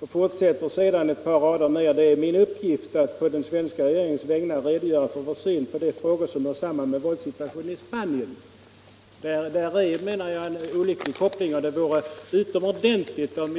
Han fortsätter sedan längre ner: ”Det är min uppgift att på den svenska regeringens vägnar redogöra för vår syn på de frågor som hör samman med våldssituationen i Spanien.” Där menar jag att det finns en olycklig koppling.